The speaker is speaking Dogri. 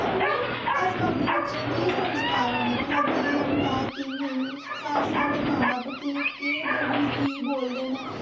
ते उ'नें अजकल्ल दे बच्चें गी केह् संस्कार आने भला केह् होंदा केह् नेईं साढ़े मां बब्ब केह् डोगरी कीऽ बोलदे न